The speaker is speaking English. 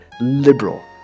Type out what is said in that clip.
liberal